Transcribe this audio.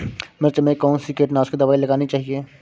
मिर्च में कौन सी कीटनाशक दबाई लगानी चाहिए?